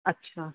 ਅੱਛਾ